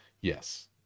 yes